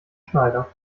schneider